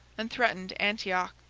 and threatened antioch.